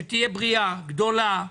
שתהיה בריאה, גדולה,